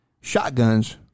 Shotguns